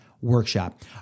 workshop